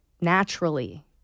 naturally